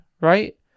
right